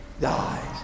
dies